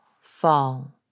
fall